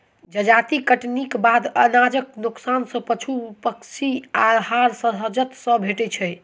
जजाति कटनीक बाद अनाजक नोकसान सॅ पशु पक्षी के आहार सहजता सॅ भेटैत छै